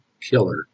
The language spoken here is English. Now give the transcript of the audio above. killer